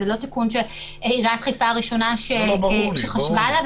זה לא תיקון שעיריית חיפה היא הראשונה שחשבה עליו.